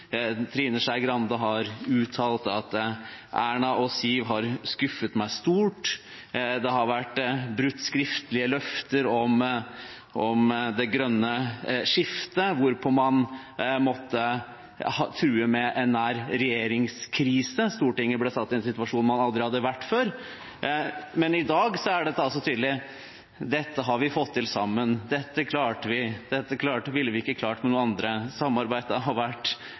Trine Skei Grande har uttalt at Erna og Siv har skuffet henne stort. Man har brutt skriftlige løfter om det grønne skiftet, hvorpå man måtte true med en nær regjeringskrise. Stortinget ble satt i en situasjon man aldri hadde vært i før. Men i dag sies det tydelig: Dette har vi fått til sammen. Dette klarte vi. Dette ville vi ikke klart med noen andre. Samarbeidet har vært